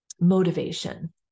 motivation